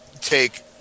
take